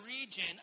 region